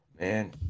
Man